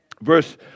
Verse